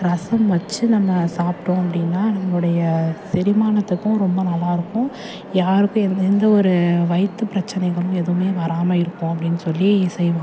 ரசம் வச்சு நம்ம சாப்பிட்டோம் அப்படினா நம்ளுடைய செரிமானத்துக்கும் ரொம்ப நல்லாயிருக்கும் யாருக்கும் எந்த எந்த ஒரு வயிற்றுப் பிரச்சனைகளும் எதுவும் வராமல் இருக்கும் அப்படினு சொல்லி செய்வாங்க